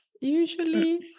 usually